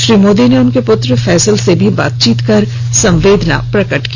श्री मोदी ने उनके पुत्र फैसल से भी बातचीत कर संवेदना व्यक्त की